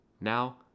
Now